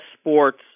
Sports